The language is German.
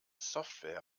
software